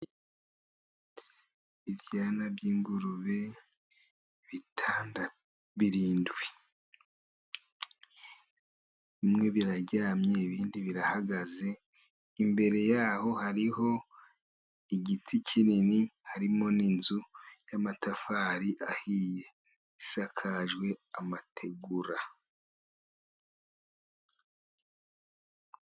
Ibyana by'ingurube birindwi, bimwe biraryamye, ibindi birahagaze, imbere yaho hariho igiti kinini, harimo n'inzu y'amatafari ahiye isakajwe amategura.